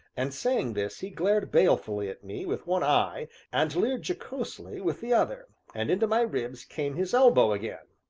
and, saying this, he glared balefully at me with one eye and leered jocosely with the other, and into my ribs came his elbow again.